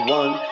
one